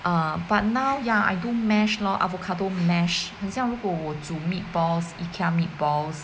um but now ya I do mash lor avocado mash 很像如果我煮 meatballs Ikea meatballs